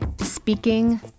Speaking